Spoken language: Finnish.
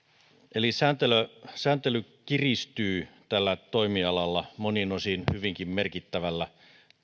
eli sääntely kiristyy tällä toimialalla monin osin hyvinkin merkittävällä